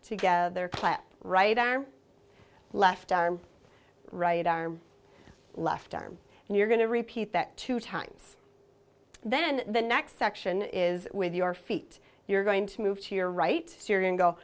together clap right arm left arm right arm left arm and you're going to repeat that two times then the next section is with your feet you're going to move to your right syrian go